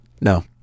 No